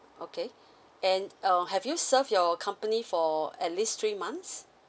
okay and uh have you served your company for at least three months